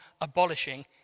abolishing